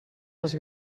les